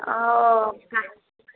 हूँ टाइम पुछलियै